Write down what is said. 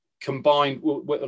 combined